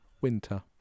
winter